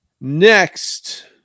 Next